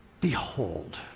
behold